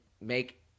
make